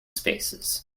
spaces